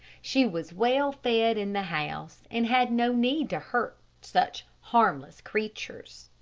she was well fed in the house, and had no need to hurt such harmless creatures.